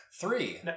three